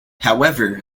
however